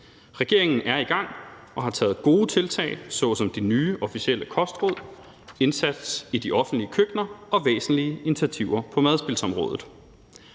Regeringen er i gang og har taget gode tiltag såsom nye officielle kostråd, indsatser i de offentlige køkkener og væsentlige initiativer på madspildsområdet.